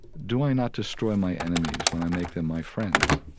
do i not destroy my enemies when i make them my friends?